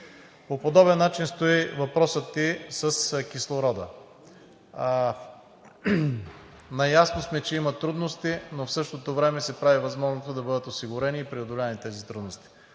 По подобен начин стои и въпросът с кислорода. Наясно сме, че има трудности, но в същото време се прави възможното да бъдат осигурени и преодолени тези трудности.